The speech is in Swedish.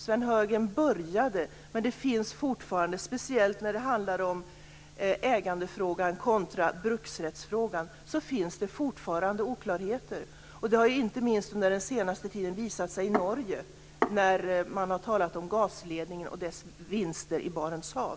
Sven Hörgren började arbeta med detta, men det finns fortfarande oklarheter, speciellt vad gäller ägandefrågan kontra bruksrättsfrågan. Detta har visat sig inte minst under den senaste tiden i Norge, när man har talat om vinsterna från gasledningen i Barents hav.